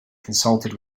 consulted